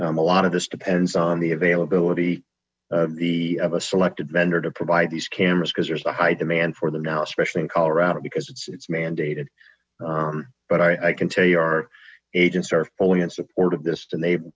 hopefully a lot of this depends on the availability of the of a selected vendor to provide these cameras because there's a high demand for them now especially in colorado because it's mandated but i can tell you our agents are fully in support of this and they